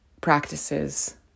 practices